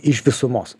iš visumos